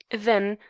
then,